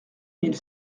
mille